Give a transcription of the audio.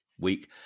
week